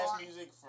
music